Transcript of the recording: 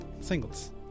Singles